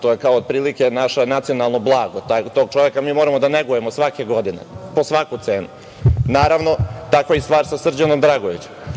to je kao otprilike naše nacionalno blago, tog čoveka mi moramo da negujemo svake godine, po svaku cenu. Naravno, takva je stvar i sa Srđanom Dragojevićem,